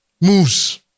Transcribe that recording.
moves